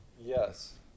Yes